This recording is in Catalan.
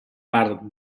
part